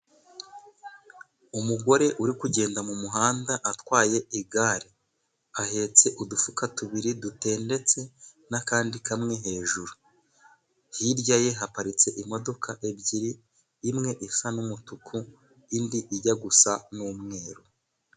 Umugore uri kugenda mu muhanda atwaye igare, ahetse udufuka tubiri dutendetse n'akandi kamwe hejuru, hirya ye haparitse imodoka ebyiri imwe isa n'umutuku indi ijya gusa n'umweru.